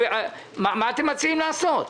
מה אתם מציעים לעשות?